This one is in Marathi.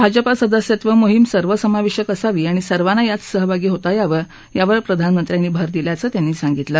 भाजपा सदस्यत्व मोहीम सर्वसमावेशक असावी आणि सर्वांना यात सहभागी होता यावं यावर प्रधानमंत्र्यांनी भर दिल्याचं ते म्हणाले